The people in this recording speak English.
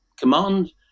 command